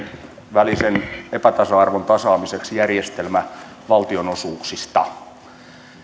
välisen epätasa arvon tasaamiseksi järjestelmä valtionosuuksista